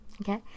okay